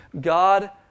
God